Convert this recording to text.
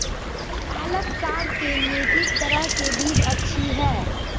पालक साग के लिए किस तरह के बीज अच्छी है?